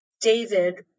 David